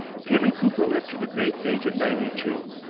peter cooper lived to the great age of ninety-two.